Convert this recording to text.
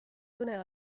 kõne